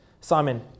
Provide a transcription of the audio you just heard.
Simon